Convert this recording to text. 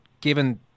given